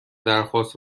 درخواست